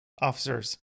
officers